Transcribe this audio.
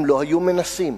הם לא היו מנסים.